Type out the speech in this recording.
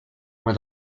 una